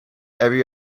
every